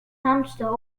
hamster